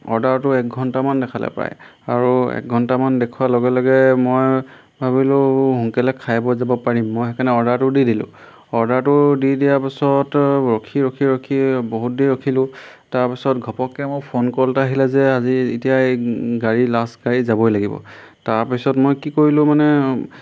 অৰ্ডাৰটো এক ঘণ্টামান দেখালে প্ৰায় আৰু এক ঘণ্টামান দেখুওৱাৰ লগে লগে মই ভাবিলোঁ সোনকালে খাই বৈ যাব পাৰিম মই সেইকাৰণে অৰ্ডাৰটো দি দিলোঁ অৰ্ডাৰটো দি দিয়াৰ পিছত ৰখি ৰখি ৰখি বহুত দেৰি ৰখিলোঁ তাৰপিছত ঘপককৈ মোৰ ফোন কল এটা আহিলে যে আজি এতিয়া এই গাড়ী লাষ্ট গাড়ী যাবই লাগিব তাৰপিছত মই কি কৰিলোঁ মানে